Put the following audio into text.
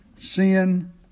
sin